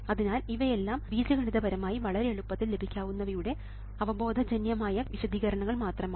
അതിനാൽ ഇവയെല്ലാം ബീജഗണിതപരമായി വളരെ എളുപ്പത്തിൽ ലഭിക്കാവുന്നവയുടെ അവബോധജന്യമായ വിശദീകരണങ്ങൾ മാത്രമാണ്